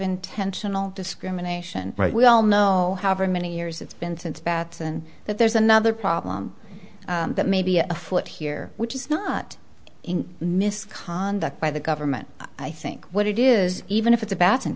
intentional discrimination right we all know however many years it's been since batson that there's another problem that may be afoot here which is not in misconduct by the government i think what it is even if it's a bat